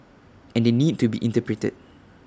and they need to be interpreted